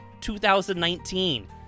2019